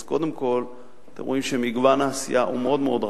אז קודם כול, אתם רואים שמגוון העשייה מאוד רחב.